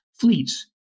fleets